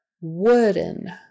wooden